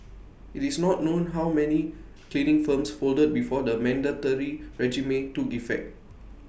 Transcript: IT is not known how many cleaning firms folded before the mandatory regime took effect